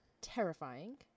Terrifying